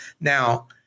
Now